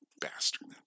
bastard